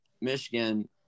Michigan